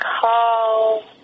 call